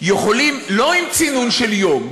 יכולים לא עם צינון של יום,